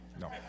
No